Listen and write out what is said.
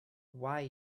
why